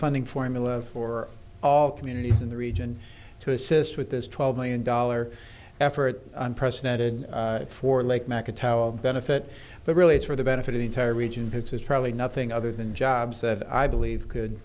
funding formula for all communities in the region to assist with this twelve million dollar effort unprecedented for lake mack a towel benefit but really it's for the benefit of entire region because it's probably nothing other than jobs that i believe could